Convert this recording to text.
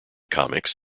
comics